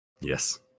Yes